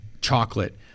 chocolate